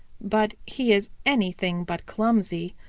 but he is anything but clumsy.